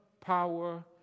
power